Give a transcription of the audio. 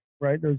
Right